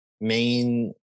main